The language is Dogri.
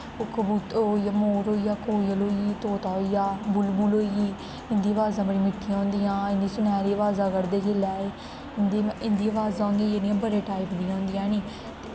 ओह् कबू ओह् मोर होई गेआ कोयल होई गेई तोता होई गेआ बुलबुल होई गेई इंदी अवाज़ां बड़ियां मिट्ठियां होंदियां इयां सनैह्री अवाज़ां कड्ढदे जेल्लै एह् इं'दी इं'दी अवाज़ां होंदियां जेह्ड़ियां बड़े टाईप दियां होंदियां हैनी